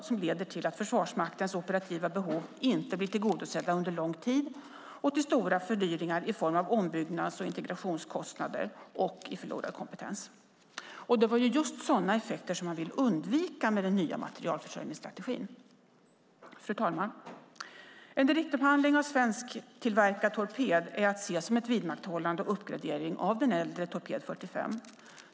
Det leder till att Försvarsmaktens operativa behov inte blir tillgodosedda under lång tid och till stora fördyringar i form av ombyggnads och integrationskostnader och förlorad kompetens. Det var just sådana effekter som man ville undvika med den nya materielförsörjningsstrategin. Fru talman! En direktupphandling av svensktillverkad torped är att ses som ett vidmakthållande och en uppgradering av den äldre torped 45.